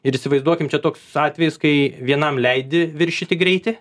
ir įsivaizduokim čia toks atvejis kai vienam leidi viršyti greitį